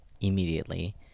immediately